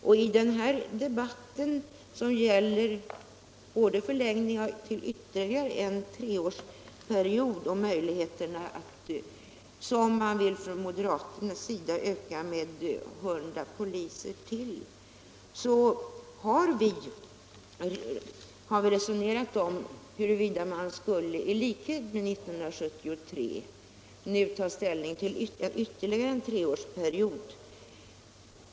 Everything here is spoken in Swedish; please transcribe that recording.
Nu gäller ju diskussionen både en förlängning med ytterligare en treårsperiod och — vilket moderaterna vill - en ökning med 100 polistjänster. Vi har resonerat om huruvida vi skulle ta ställning för en ny treårsperiod.